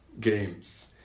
games